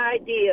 idea